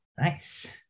nice